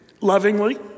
lovingly